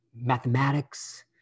mathematics